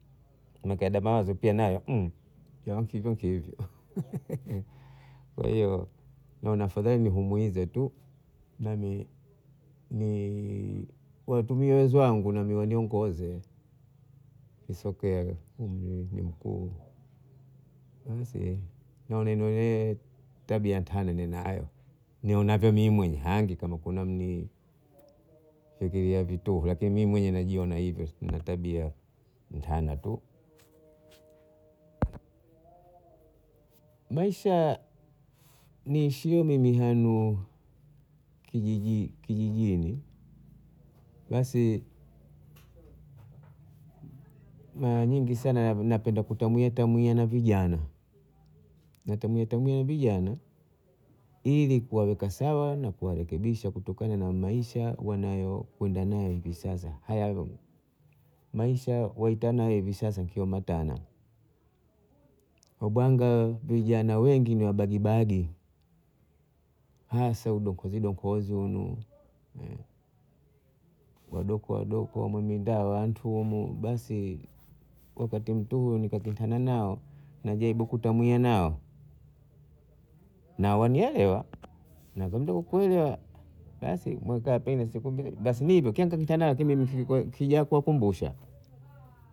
nekada mawazo pia nayo nkewa nkivyonkivyo kwa hiyo naona afadhali nlivyomuiza tu nami watumie uwezo wangu namiwaniongoze isokee basi tabia ntana ninayo nionavyo mimi mwenyewe hangi kama kuna mfikiria vituhu lakini mwenyewe najiona hivyo nna tabia ntana ntu, maisha niishiyo mimi hanu kijijini basi mara nyingi sana napenda kutamwiatamwia na vijana natamwiatamwia na vijana ili kuwaweka sawa na kuwarekebisha kutokana na maisha wanayokwenda nayo hivi sasa, haya maisha waitanayo hivi sasa nkyio matana obwanga vijana wengi ni wa bagi bagi hasa udokozi dokozo unu wadokoadokoa mwimi nda wantu hunu basi wakati mtuhu nikakutana nao najaribu kutamwia nao na wanielewa na wakwambia ukwelewa basi mweka wa pili siku mbili ni hivyo kila nkikutana nao kija nkuwakumbusha